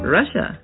Russia